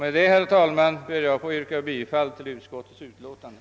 Med det anförda ber jag att få yrka bifall till utskottets hemställan.